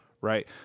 right